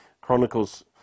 Chronicles